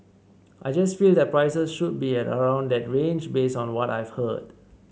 I just feel that prices should be around that range based on what I've heard